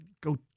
Go